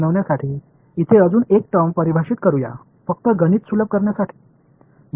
எனவே நீங்கள் இங்கே காணும் இந்த வெளிப்பாடு என்பது ஒரு நீண்ட வெளிப்பாடாகும்